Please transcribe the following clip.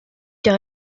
car